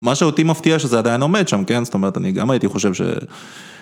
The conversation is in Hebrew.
מה שאותי מפתיע שזה עדיין עומד שם, כן? זאת אומרת, אני גם הייתי חושב ש...